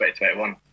2021